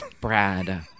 brad